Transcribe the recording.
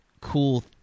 cool